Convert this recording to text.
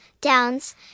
downs